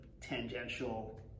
tangential